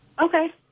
Okay